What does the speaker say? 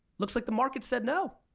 looks like the market said no.